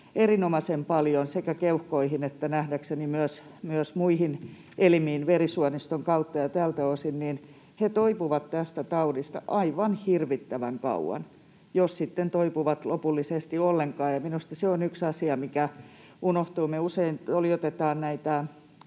erinomaisen paljon sekä keuhkoihin että nähdäkseni myös muihin elimiin verisuoniston kautta, ja tältä osin he toipuvat tästä taudista aivan hirvittävän kauan, jos sitten toipuvat lopullisesti ollenkaan, ja minusta se on yksi asia, mikä unohtuu. Usein toljotetaan näitä